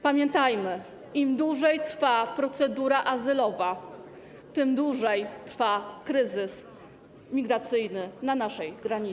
Pamiętajmy, im dłużej trwa procedura azylowa, tym dłużej trwa kryzys migracyjny na naszej granicy.